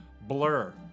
Blur